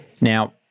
Now